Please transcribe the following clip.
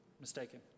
mistaken